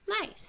nice